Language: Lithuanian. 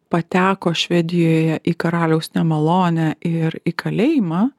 pateko švedijoje į karaliaus nemalonę ir į kalėjimą